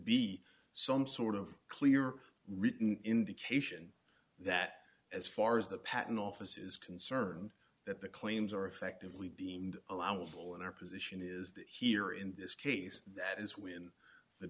be some sort of clear written indication that as far as the patent office is concerned that the claims are effectively deemed allowable and our position is that here in this case that is when the